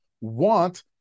want